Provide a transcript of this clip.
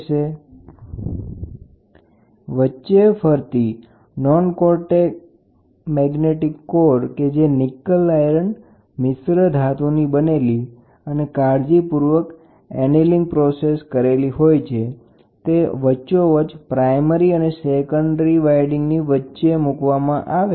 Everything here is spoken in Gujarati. કોઇલની વચ્ચે ફરતી નોન કોન્ટેક્ટ મેગ્નેટિક કોર જે ઇન્સ્યુલેટીંગ બોબીનની ફરતે વિંટાળેલી છે કોર જે નિકલ આયર્ન મિશ્ર ધાતુના સમાન ગાઢ સિલિન્ડરથી બનેલી હોય છે અને કાળજીપૂર્વક એનીલીંગ કરેલી હોય છે આઉટપુટ મેળવવા માટે તેને સેકન્ડરી વાઈન્ડીંગની વચ્ચે મુકવામાં આવે છે